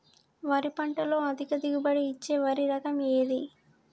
వరి పంట లో అధిక దిగుబడి ఇచ్చే వరి రకం ఏది?